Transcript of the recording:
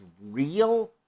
real